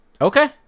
Okay